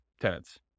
tenants